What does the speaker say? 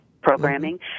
programming